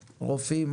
רופאים,